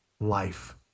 life